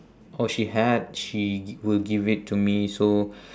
or she had she g~ will give it to me so